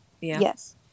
yes